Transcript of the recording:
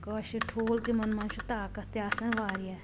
کٲشِرۍ ٹھوٗل تِمن منٛز چھُ طاقت تہٕ آسان واریاہ